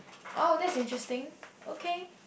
oh that's interesting okay